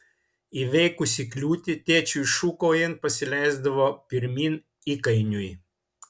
įveikusi kliūtį tėčiui šūkaujant pasileisdavo pirmyn įkainiui